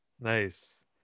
Nice